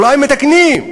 אולי מתקנים,